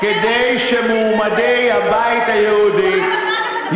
אתם הייתם שותפים לזה.